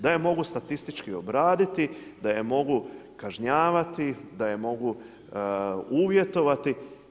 Da je mogu statistički obraditi, da je mogu kažnjavati, da je mogu uvjetovati.